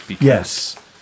Yes